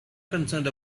concerned